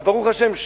אז ברוך השם,